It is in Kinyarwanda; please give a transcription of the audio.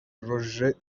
roger